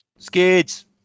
Skids